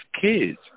kids